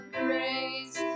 grace